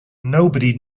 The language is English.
nobody